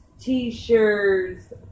t-shirts